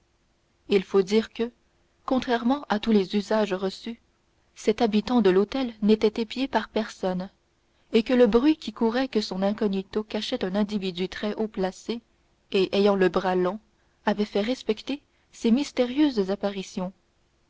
il faut dire que contrairement à tous les usages reçus cet habitant de l'hôtel n'était épié par personne et que le bruit qui courait que son incognito cachait un individu très haut placé et ayant le bras long avait fait respecter ses mystérieuses apparitions